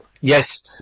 Yes